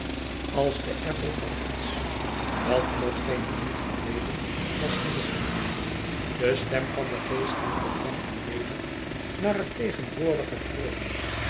als de echo van iets dat nog geen minuut geleden was gezegd de stem van den geestelijke brengt hem weder naar het tegenwoordige terug